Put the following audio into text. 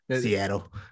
seattle